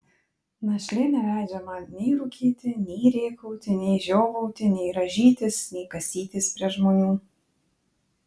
našlė neleidžia man nei rūkyti nei rėkauti nei žiovauti nei rąžytis nei kasytis prie žmonių